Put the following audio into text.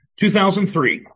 2003